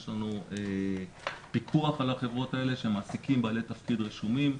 יש לנו פיקוח על החברות האלה שמעסיקים בעלי תפקיד רשומים,